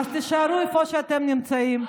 אז תישארו איפה שאתם נמצאים,